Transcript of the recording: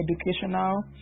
educational